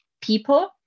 people